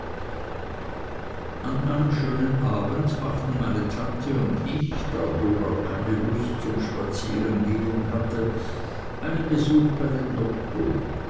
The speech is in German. an einem schönen abend machten meine tante und ich da dora keine lust zum spazierengehen hatte einen besuch bei dem doktor